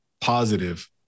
positive